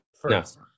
first